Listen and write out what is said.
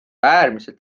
äärmiselt